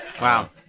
Wow